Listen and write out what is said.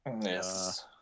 yes